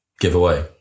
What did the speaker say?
Giveaway